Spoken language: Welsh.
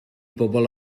bobl